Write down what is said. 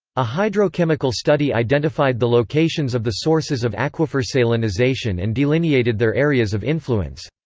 a hydrochemical study identified the locations of the sources of aquifer salinisation and delineated their areas of influence.